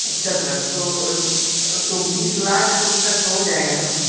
अच्छा सर तो तो बीस लाख तक हो जाएगा ना